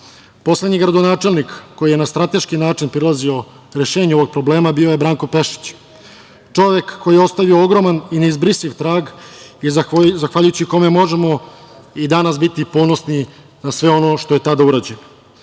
Poslednji gradonačelnik koji je na strateški način prilazio rešenju ovog problem bio je Branko Pešić, čovek koji je ostavio ogroman i neizbrisiv trag i zahvaljujući kome možemo i danas biti ponosni na sve ono što je tada